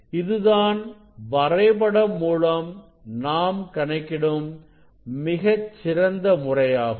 இதுதான் வரைபடம் மூலம் நாம் கணக்கிடும் மிகச் சிறந்த முறையாகும்